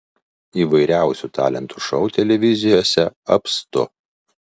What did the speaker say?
įvairiausių talentų šou televizijose apstu